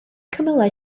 cymylau